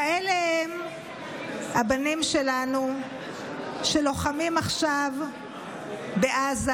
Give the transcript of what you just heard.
כאלה הם הבנים שלנו שלוחמים עכשיו בעזה,